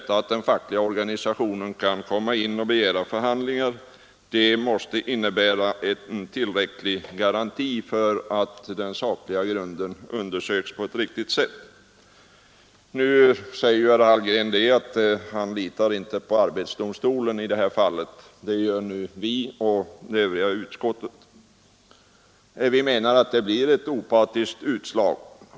Att den fackliga organisationen kan komma in och begära förhandlingar måste innebära en tillräcklig garanti för att den sakliga grunden undersöks på ett riktigt sätt. Herr Hallgren säger nu att han i det här fallet inte litar på arbetsdomstolen, vilket vi och övriga ledamöter av utskottet dock gör. Vi menar att det blir ett opartiskt utslag.